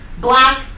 black